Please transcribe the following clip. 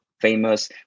famous